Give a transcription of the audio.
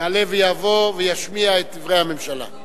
יעלה ויבוא וישמיע את דברי הממשלה.